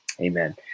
Amen